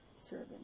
serving